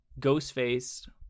Ghostface